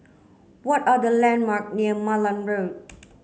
what are the landmark near Malan Road